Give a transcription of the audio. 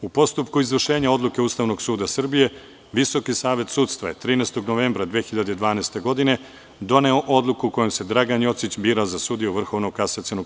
U postupku izvršenja odluke Ustavnog suda Srbije, Visoki savet sudstva je 13. novembra 2012. godine doneo Odluku kojom se Dragan Jocić bira za sudiju VKS.